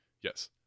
Yes